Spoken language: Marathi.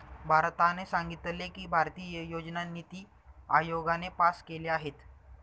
भारताने सांगितले की, भारतीय योजना निती आयोगाने पास केल्या आहेत